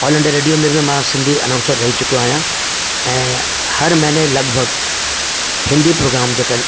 all India radio में बि मां सिंधी अनाउंसर रही चुको आहियां ऐं हर महीने लॻभॻि हिंदी प्रोग्राम जेके आहिनि